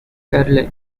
carolyn